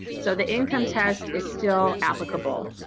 so the income test is still applicable.